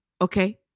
Okay